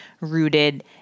rooted